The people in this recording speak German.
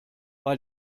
bei